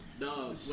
No